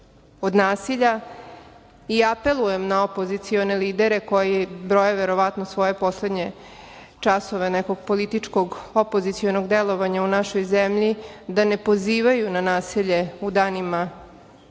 od nasilja. Apelujem na opozicione lidere koji broje verovatno svoje poslednje časove nekog političkog opozicionog delovanja u našoj zemlji da ne pozivaju na nasilje u danima